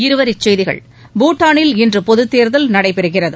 இருவரி செய்திகள் பூடானில் இன்று பொதுத்தேர்தல் நடைபெறுகிறது